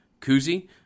koozie